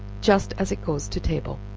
just as it goes to table.